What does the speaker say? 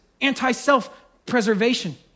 anti-self-preservation